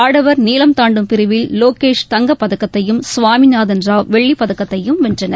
ஆடவர் நீளம் தான்டும் பிரிவில் லோகேஷ் தங்கப்பதக்கத்தையும் கவாமிநாதன் ராவ் வெள்ளிப்பதக்கத்தையும் வென்றனர்